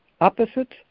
opposites